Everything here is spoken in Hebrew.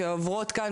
שעוברים כאן,